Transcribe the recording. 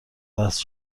وصل